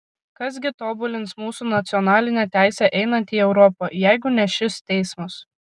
kas gi tobulins mūsų nacionalinę teisę einant į europą jeigu ne šis teismas